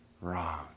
wrong